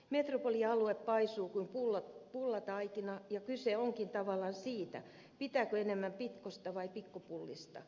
metropolialue paisuu kuin pullataikina ja kyse onkin tavallaan siitä pitääkö enemmän pitkosta vai pikkupullista